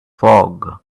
fog